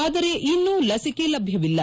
ಆದರೆ ಇನ್ನು ಲಸಿಕೆ ಲಭ್ಯವಿಲ್ಲ